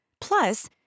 Plus